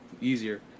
easier